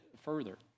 further